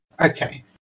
Okay